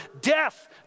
Death